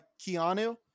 Keanu